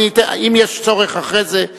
אם יש צורך אחרי זה,